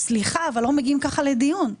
סליחה, אבל לא מגיעים כך לדיון.